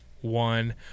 One